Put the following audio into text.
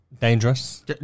dangerous